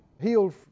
healed